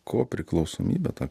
kopriklausomybę tą